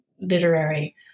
literary